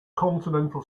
continental